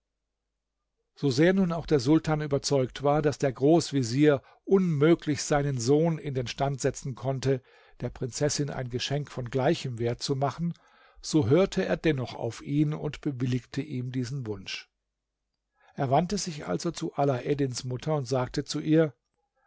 so sehr nun auch der sultan überzeugt war daß der großvezier unmöglich seinen sohn in den stand setzen konnte der prinzessin ein geschenk von gleichem wert zu machen so hörte er dennoch auf ihn und bewilligte ihm diesen wunsch er wandte sich also zu alaeddins mutter und sagte zu ihr